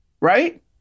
Right